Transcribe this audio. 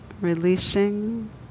releasing